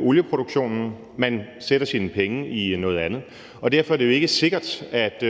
olieproduktionen, man sætter sine penge i noget andet, og derfor er det jo ikke sikkert, at